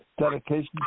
dedication